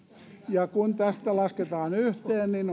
kun nämä lasketaan yhteen on